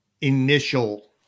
initial